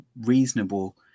reasonable